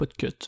Podcut